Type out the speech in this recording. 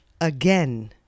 again